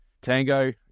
Tango